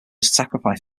sacrifice